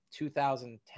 2010